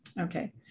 Okay